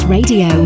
Radio